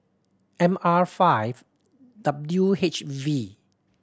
M R five W H V